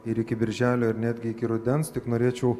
ir iki birželio ir netgi iki rudens tik norėčiau